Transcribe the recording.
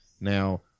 Now